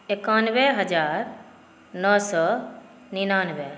एकानबे हजार नओ सए निनानबे